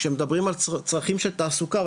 כשמדברים על צרכים של תעסוקה,